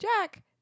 Jack